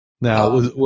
Now